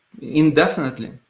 indefinitely